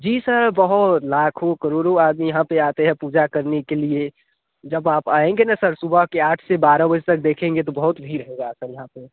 जी sir बहुत लाखों करोड़ों आदमी यहाँ पर आते हैं पूजा करने के लिए जब आप आएँगे ना सर सुबह के आठ से बारह बजे तक देखेंगे तो बहुत भीड़ होगा सर यहाँ पर